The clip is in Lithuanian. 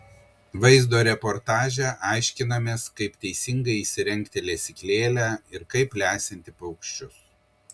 vaizdo reportaže aiškinamės kaip teisingai įsirengti lesyklėlę ir kaip lesinti paukščius